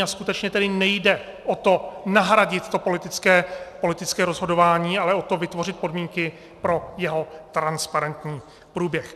A skutečně tedy nejde o to nahradit to politické rozhodování, ale o to vytvořit podmínky pro jeho transparentní průběh.